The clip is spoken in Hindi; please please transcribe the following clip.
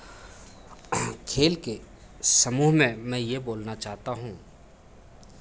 खेल के समूह में मैं ये बोलना चाहता हूं